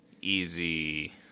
easy